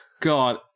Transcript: god